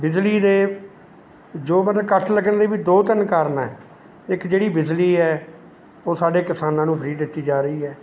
ਬਿਜਲੀ ਦੇ ਜੋ ਮਤਲਬ ਕੱਟ ਲੱਗਣ ਦੇ ਵੀ ਦੋ ਤਿੰਨ ਕਾਰਨ ਹੈ ਇੱਕ ਜਿਹੜੀ ਬਿਜਲੀ ਹੈ ਉਹ ਸਾਡੇ ਕਿਸਾਨਾਂ ਨੂੰ ਫ੍ਰੀ ਦਿੱਤੀ ਜਾ ਰਹੀ ਹੈ